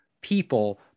people